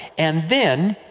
and then,